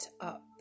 up